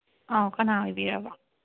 ꯑꯥꯎ ꯀꯅꯥ ꯑꯣꯏꯕꯤꯔꯕ